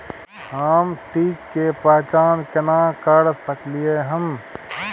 हम कीट के पहचान केना कर सकलियै हन?